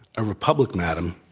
a republic, madam,